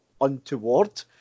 untoward